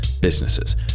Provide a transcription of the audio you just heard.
businesses